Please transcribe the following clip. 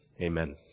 Amen